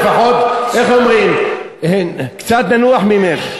לפחות, איך אומרים, קצת ננוח ממך.